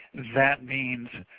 that means